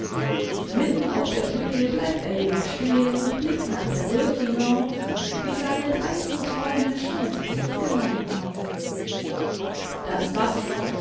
mitten auf der brücke bleibt er jedoch stehen und blickt nach der burg hinauf die seine dreisten träume schon in besitz genommen haben das wasser